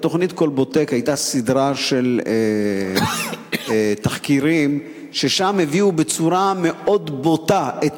בתוכנית "כלבוטק" היתה סדרה של תחקירים שבהם הביאו בצורה מאוד בוטה את